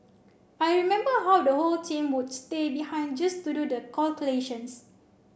I remember how the whole team would stay behind just to do the calculations